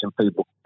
people